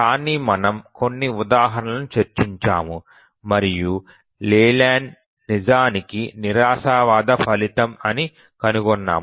కానీ మనము కొన్ని ఉదాహరణలు చర్చించాము మరియు లియు లేలాండ్ నిజానికి నిరాశావాద ఫలితం అని కనుగొన్నాము